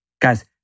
Guys